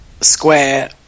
Square